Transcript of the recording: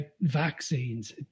vaccines